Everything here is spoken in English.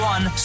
One